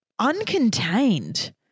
uncontained